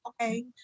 okay